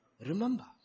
Remember